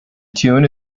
tune